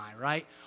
right